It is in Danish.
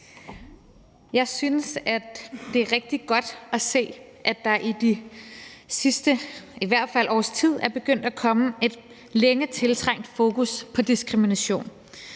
Jeg synes, det er rigtig godt at se, at der i hvert fald det sidste års tid er begyndt at komme et længe tiltrængt fokus på diskrimination.